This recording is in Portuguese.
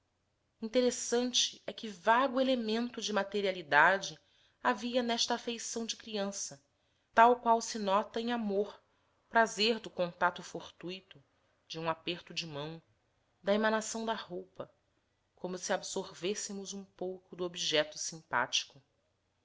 interessante é que vago elemento de materialidade havia nesta afeição de criança tal qual se nota em amor prazer do contato fortuito de um aperto de mãos da emanação da roupa como se absorvêssemos um pouco do objeto simpático